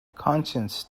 conscience